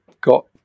got